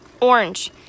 Orange